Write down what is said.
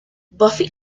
buffy